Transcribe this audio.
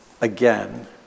again